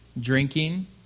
drinking